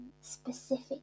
specific